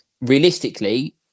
realistically